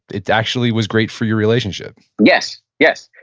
it actually was great for your relationship yes. yes,